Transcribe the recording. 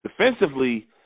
defensively